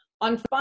on